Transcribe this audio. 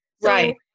Right